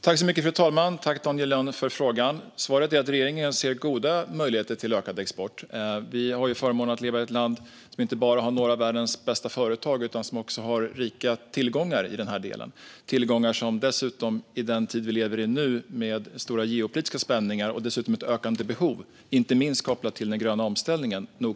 Fru talman! Jag tackar Daniel Lönn för frågan. Svaret är att regeringen ser goda möjligheter till ökad export. Vi har förmånen att leva i ett land som inte bara har några av världens bästa företag utan också har rika tillgångar i den här delen. Det är tillgångar som nog kommer att bli ännu viktigare i den tid vi nu lever i, med stora geopolitiska spänningar och dessutom ett ökande behov, inte minst kopplat till den gröna omställningen.